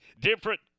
different